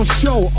show